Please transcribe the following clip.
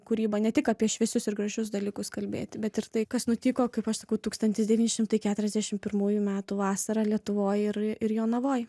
kūryba ne tik apie šviesius ir gražius dalykus kalbėti bet ir tai kas nutiko kaip aš sakau tūkstantis devyni šimtai keturiasdešim pirmųjų metų vasarą lietuvoj ir ir jonavoj